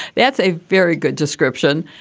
that's a very good description.